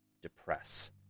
depress